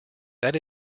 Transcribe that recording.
that